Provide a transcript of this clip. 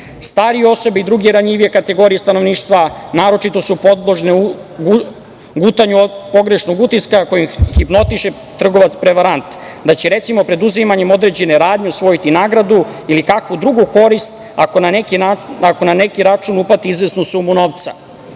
osobe i druge ranjivije kategorije stanovništva naročito su podložne gutanju pogrešnog utiska kojim ih hipnotiše trgovac prevarant da će, recimo, preduzimanjem određene radnje osvojiti nagradu ili kakvu drugu korist ako na neki račun uplati izvesnu sumu novca. Sada